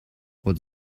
what